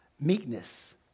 meekness